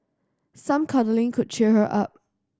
some cuddling could cheer her up